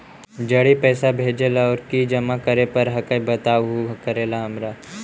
जड़ी पैसा भेजे ला और की जमा करे पर हक्काई बताहु करने हमारा?